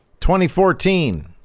2014